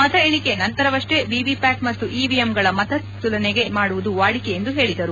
ಮತ ಎಣಿಕೆ ನಂತರವಷ್ಷೇ ವಿವಿಪ್ಟಾಟ್ ಮತ್ತು ಇವಿಎಂ ಗಳ ಮತಗಳ ತುಲನೆ ಮಾಡುವುದು ವಾಡಿಕೆ ಎಂದು ಹೇಳಿದರು